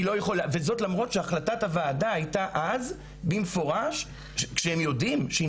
וזאת למרות שהחלטת הוועדה אז הייתה במפורש שהם יודעים שהיא